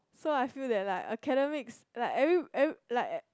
so I feel that like academics like every every like